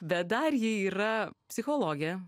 bet dar ji yra psichologė